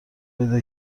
پیدا